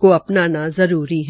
को अपनाना जरूरी है